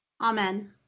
Amen